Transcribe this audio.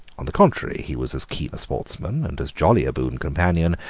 on the contrary, he was as keen a sportsman, and as jolly a boon companion,